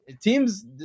teams